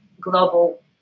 global